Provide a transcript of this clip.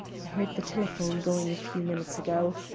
i heard the telephone going a few minutes ago.